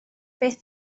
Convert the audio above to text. beth